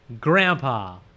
Grandpa